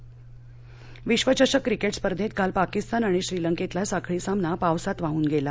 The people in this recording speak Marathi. क्रिकेट विश्वचषक क्रिकेट स्पर्धेत काल पाकीस्तान आणि श्रीलंकेतला साखळी सामना पावसात वाहून गेला